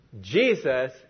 Jesus